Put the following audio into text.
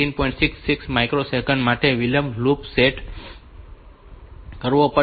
66 microsecond માટે વિલંબ loop set કરવો પડશે